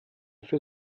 für